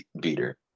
beater